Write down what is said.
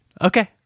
Okay